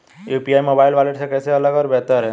UPI mobile wallet से कैसे अलग और बेहतर है?